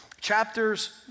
Chapters